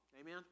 Amen